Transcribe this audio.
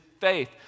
faith